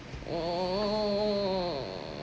hmm